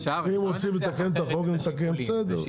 אם רוצים לתקן את החוק נתקן, בסדר.